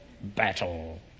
battle